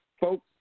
Folks